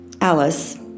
Alice